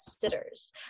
sitters